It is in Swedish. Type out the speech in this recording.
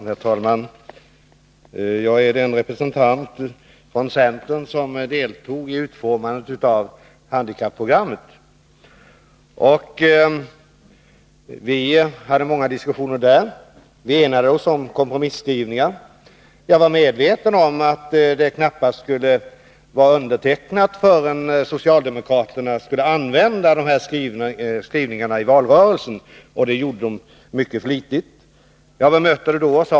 Herr talman! Jag är den representant för centern som deltog i utformandet av handikapprogrammet. Vi hade under det arbetet många diskussioner. Vi enade oss om kompromisskrivningar. Jag var medveten om att de knappt skulle vara undertecknade förrän socialdemokraterna skulle använda skrivningarna i valrörelsen, och det gjorde de flitigt.